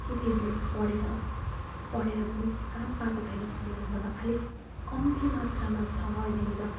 केटीहरूले पढेर पढेर पनि काम पाएको छैन कतिवटा जग्गा खालि कम्ती मात्रामा छ यहाँनिर